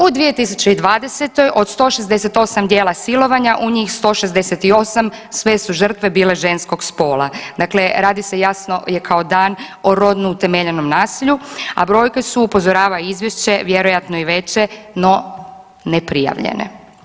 U 2020. od 168 djela silovanja u njih 168 sve su žrtve bile ženskog spola, dakle radi se jasno je kao dan o rodno utemeljenom nasilju, a brojke su upozorava izvješće vjerojatno i veće, no neprijavljene.